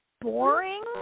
boring